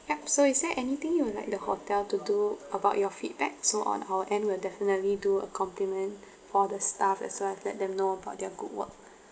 yup so is there anything you would like the hotel to do about your feedback so on our end we'll definitely do a compliment for the staff as well as let them know about their good work